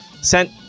sent